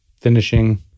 finishing